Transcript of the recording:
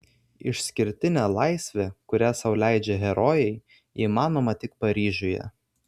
išskirtinė laisvė kurią sau leidžia herojai įmanoma tik paryžiuje